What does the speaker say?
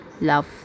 love